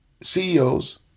CEOs